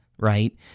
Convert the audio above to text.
right